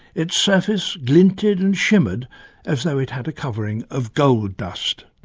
its surface glinted and shimmered as though it had a covering of gold dust.